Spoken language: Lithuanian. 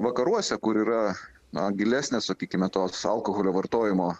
vakaruose kur yra na gilesnės sakykime toks alkoholio vartojimo